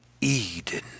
Eden